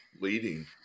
leading